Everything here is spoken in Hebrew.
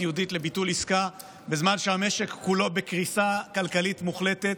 ייעודית לביטול עסקה בזמן שהמשק כולו בקריסה כלכלית מוחלטת,